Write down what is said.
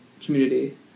community